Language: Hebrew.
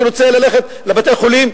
מי שרוצה ללכת לבתי-חולים.